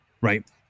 right